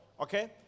Okay